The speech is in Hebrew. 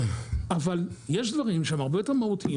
אבל יש דברים שהם הרבה יותר מהותיים,